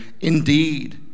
Indeed